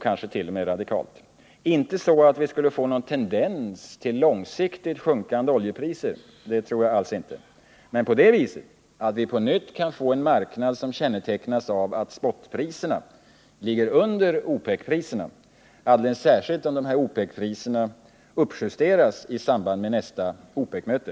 Jag tror inte att vi kan få någon tendens till långsiktigt sjunkande oljepriser, men vi kan på nytt få en marknad som kännetecknas av att spotpriserna ligger under OPEC-priserna, alldeles särskilt om OPEC priserna uppjusteras i samband med nästa OPEC-möte.